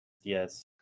Yes